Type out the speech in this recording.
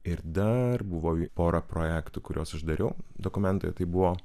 ir dar buvo pora projektų kuriuos uždariau dokumentoje tai buvo